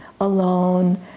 alone